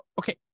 Okay